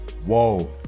Whoa